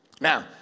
Now